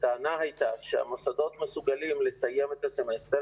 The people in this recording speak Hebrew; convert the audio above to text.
והטענה הייתה שהמוסדות מסוגלים לסיים את הסמסטר